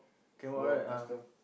can walk right ah